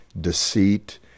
deceit